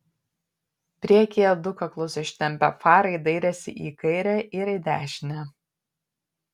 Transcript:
priekyje du kaklus ištempę farai dairėsi į kairę ir į dešinę